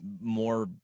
more